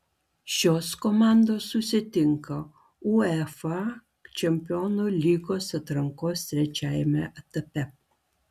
šios komandos susitinka uefa čempionų lygos atrankos trečiajame etape